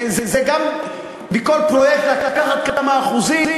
זה גם מכל פרויקט לקחת כמה אחוזים,